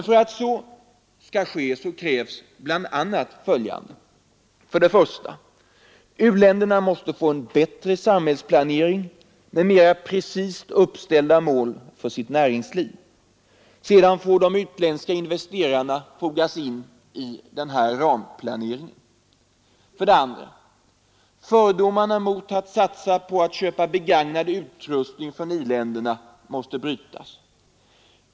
För att så skall ske krävs bl.a. följande: 1. U-länderna måste få en bättre samhällsplanering med mera precist uppställda mål för sitt näringsliv. Sedan får de utländska investeringarna fogas in i denna ramplanering. 2. Fördomarna mot att satsa på att köpa begagnad utrustning från i-länderna måste brytas.